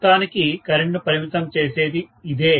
మొత్తానికి కరెంటును పరిమితం చేసేది ఇదే